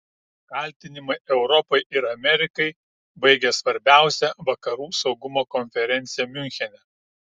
kaltinimai europai ir amerikai baigia svarbiausią vakarų saugumo konferenciją miunchene